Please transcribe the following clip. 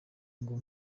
ngo